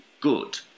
good